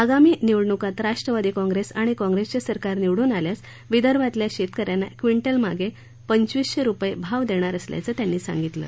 आगामी निवडणूकात राष्ट्रवादी काँप्रेस आणि काँप्रेसचे सरकार निवडून आल्यास विदर्भातल्या शेतक यांना क्विंटल मागं पंचवीसशे रुपये भाव देणार असल्याचं त्यांनी सांगितलं